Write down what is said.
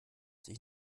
sich